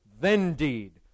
then-deed